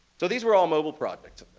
so these were all mobile projects